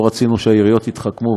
לא רצינו שהעיריות יתחכמו,